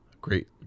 Great